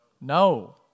No